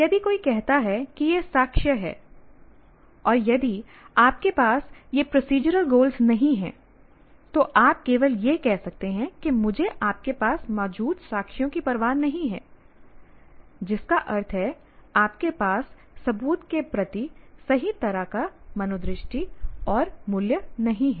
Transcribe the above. यदि कोई कहता है कि यह साक्ष्य है और यदि आपके पास यह प्रोसीजरल गोलस नहीं है तो आप केवल यह कह सकते हैं कि मुझे आपके पास मौजूद साक्ष्यों की परवाह नहीं है जिसका अर्थ है आपके पास सबूत के प्रति सही तरह का मनोदृष्टि और मूल्य नहीं है